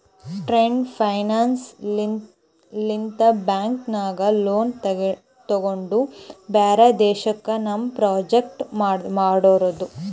trade finance ಲಿಂತ bank ನಾಗ್ loan ತೊಗೊಂಡು ಬ್ಯಾರೆ ದೇಶಕ್ಕ ನಮ್ ಪ್ರೋಡಕ್ಟ್ ಮಾರೋದು